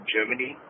Germany